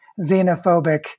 xenophobic